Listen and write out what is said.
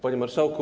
Panie Marszałku!